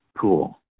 cool